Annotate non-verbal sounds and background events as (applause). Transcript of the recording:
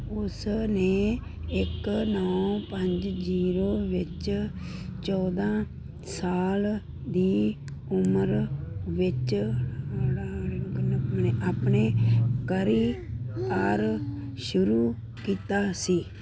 ਉਸ ਨੇ ਇੱਕ ਨੌਂ ਪੰਜ ਜੀਰੋ ਵਿੱਚ ਚੌਦਾਂ ਸਾਲ ਦੀ ਉਮਰ ਵਿੱਚ (unintelligible) ਆਪਣਾ ਕਰੀਅਰ ਸ਼ੁਰੂ ਕੀਤਾ ਸੀ